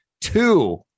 Two